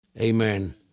Amen